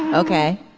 ok.